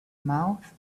mouth